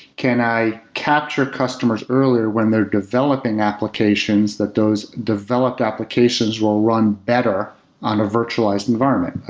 can i capture customers earlier when they're developing applications that those developed applications will run better on a virtualized environment,